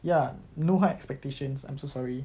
ya no high expectations I'm so sorry